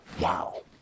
Wow